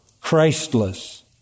Christless